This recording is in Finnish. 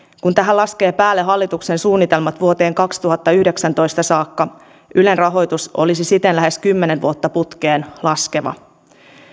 kun tähän laskee päälle hallituksen suunnitelmat vuoteen kaksituhattayhdeksäntoista saakka ylen rahoitus olisi siten lähes kymmenen vuotta putkeen laskeva